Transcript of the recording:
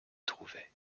trouvait